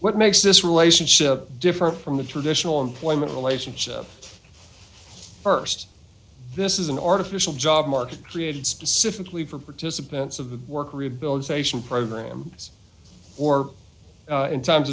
what makes this relationship different from the traditional employment relationship first this is an artificial job market created specifically for participants of the work rehabilitation programs or in times